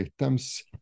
items